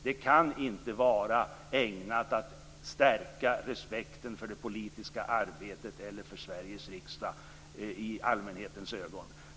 Det kan inte vara ägnat att stärka respekten för det politiska arbetet eller för Sveriges riksdag i allmänhetens ögon.